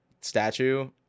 statue